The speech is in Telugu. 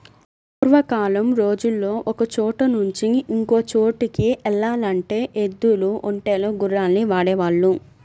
పూర్వకాలం రోజుల్లో ఒకచోట నుంచి ఇంకో చోటుకి యెల్లాలంటే ఎద్దులు, ఒంటెలు, గుర్రాల్ని వాడేవాళ్ళు